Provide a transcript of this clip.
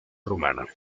rumana